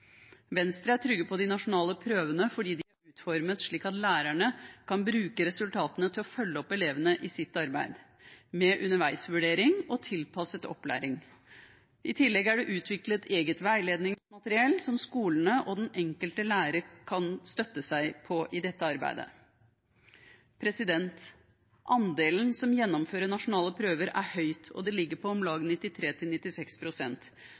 Venstre er trygg på de nasjonale prøvene fordi de er utformet slik at lærerne kan bruke resultatene til å følge opp elevene i sitt arbeid, med underveisvurdering og tilpasset opplæring. I tillegg er det utviklet eget veiledningsmateriell som skolene og den enkelte lærer kan støtte seg på i dette arbeidet. Andelen som gjennomfører nasjonale prøver, er høy, den ligger på om